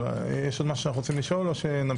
יש עוד משהו שאנחנו רוצים לשאול או שנמשיך?